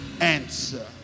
answer